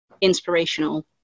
inspirational